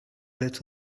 let